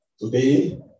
today